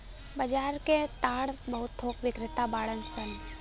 बाजार में ताड़ के बहुत थोक बिक्रेता बाड़न सन